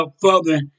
further